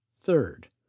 Third